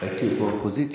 הייתי באופוזיציה.